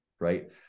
Right